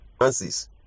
Answers